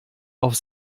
auf